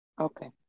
Okay